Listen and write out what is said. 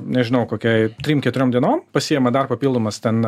nežinau kokiai trim keturiom dienom pasiima dar papildomas ten